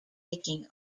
taking